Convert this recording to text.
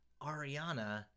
Ariana